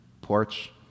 porch